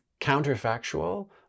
counterfactual